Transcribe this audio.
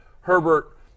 herbert